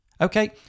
Okay